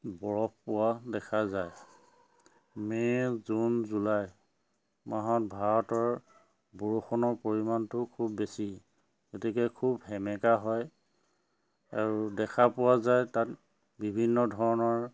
বৰফ পোৱা দেখা যায় মে' জুন জুলাই মাহত ভাৰতৰ বৰষুণৰ পৰিমাণটো খুব বেছি গতিকে খুব সেমেকা হয় আৰু দেখা পোৱা যায় তাত বিভিন্ন ধৰণৰ